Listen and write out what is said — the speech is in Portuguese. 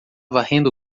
varrendo